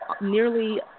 Nearly